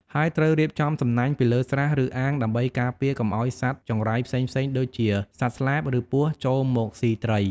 ហើយត្រូវរៀបចំសំណាញ់ពីលើស្រះ ឬអាងដើម្បីការពារកុំឲ្យសត្វចង្រៃផ្សេងៗ ដូចជាសត្វស្លាប ឬពស់ ចូលមកស៊ីត្រី។